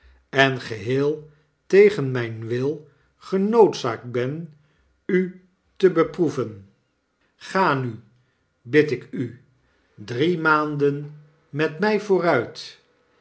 en geheel tegen mijn wil genoodzaakt ben u te bedroeven ga nu bid ik u drie maanden met mij vooruit